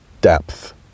depth